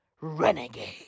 renegade